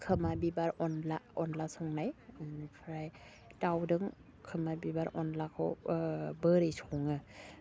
खोमा बिबार अनला संनाय ओमफ्राय दाउदों खोमा बिबार अनलाखौ माबोरै सङो